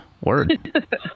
Word